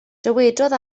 dywedodd